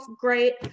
great